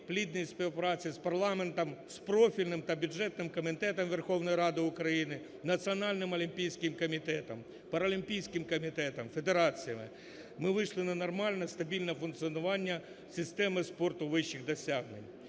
плідній співпраці з парламентом, з профільним та бюджетним комітетом Верховної Ради України, Національним олімпійським комітетом, параолімпійським комітетом, федераціями. Ми вийшли на нормальне, стабільне функціонування системи спорту вищих досягнень.